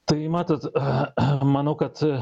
tai matot khe khe manau kad